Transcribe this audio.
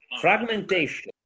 fragmentation